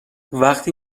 وقتی